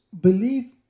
belief